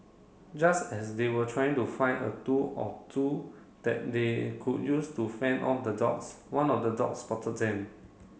just as they were trying to find a tool or two that they could use to fend off the dogs one of the dogs spotted them